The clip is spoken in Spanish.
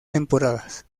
temporadas